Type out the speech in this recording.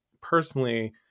personally